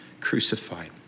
crucified